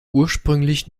ursprünglich